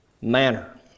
manner